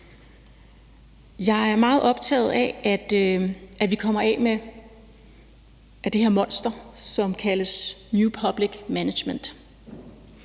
Jeg er meget optaget af, at vi kommer af med det her monster, som kaldes new public management,